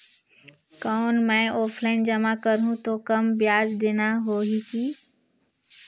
कौन मैं ऑफलाइन जमा करहूं तो कम ब्याज देना होही की?